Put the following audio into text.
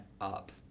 up